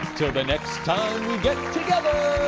til the next time we get together,